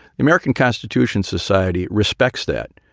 the american constitution society respects that.